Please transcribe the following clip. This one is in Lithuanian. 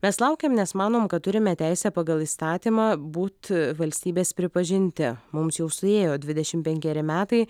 mes laukiam nes manom kad turime teisę pagal įstatymą būt valstybės pripažinti mums jau suėjo dvidešim penkeri metai